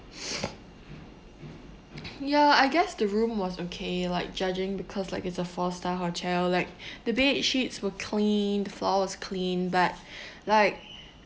ya I guess the room was okay like judging because like it's a four star hotel like the bed sheets were clean flawless clean but like